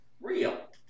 Real